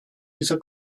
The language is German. dieser